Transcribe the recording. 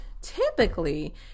typically